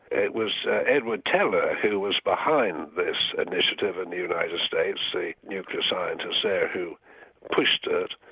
it was edward teller who was behind this initiative in the united states, the nuclear scientist there who pushed it,